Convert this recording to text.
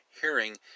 hearing